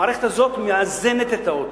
המערכת הזאת מאזנת את האוטו.